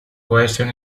question